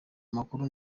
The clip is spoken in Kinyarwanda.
amakuru